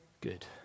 Good